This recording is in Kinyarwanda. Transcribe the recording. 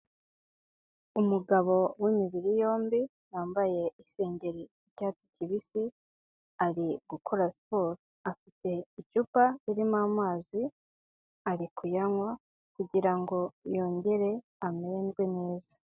Umugabo w'imibiri yombi, wambaye isengeri y'icyatsi kibisi, ari gukora siporo. Afite icupa ririmo amazi, ari kuyanywa kugira ngo yongere amererwe neza.